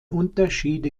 unterschiede